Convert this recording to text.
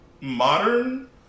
modern